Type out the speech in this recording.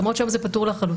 למרות שהיום זה פטור לחלוטין,